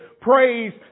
praise